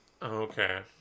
Okay